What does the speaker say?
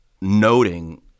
noting